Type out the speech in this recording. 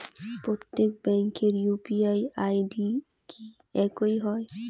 প্রত্যেক ব্যাংকের UPI ID কি একই হয়?